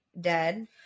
dead